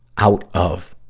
out of